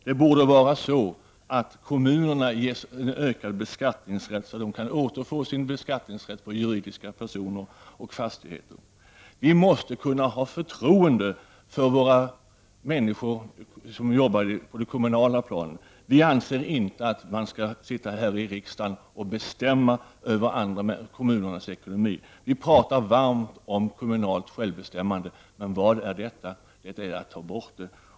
Det borde vara så att kommunerna ges ökad beskattningsrätt, att de återfår sin beskattningsrätt på juridiska personer och fastigheter. Vi måste kunna ha förtroende för dem som arbetar på det kommunala planet. Vi anser inte att vi skall sitta här i riksdagen och bestämma över kommunernas ekonomi. Vi talar varmt om kommunernas självbestämmande. Men vad är detta? Jo, det är att ta bort det.